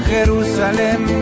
Jerusalem